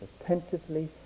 attentively